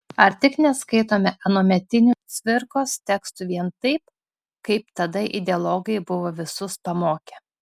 ar tik neskaitome anuometinių cvirkos tekstų vien taip kaip tada ideologai buvo visus pamokę